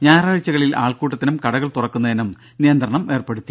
ഞായറാഴ്ചകളിൽ ആൾക്കൂട്ടത്തിനും കടകൾ തുറക്കുന്നതിനും നിയന്ത്രണം ഏർപ്പെടുത്തി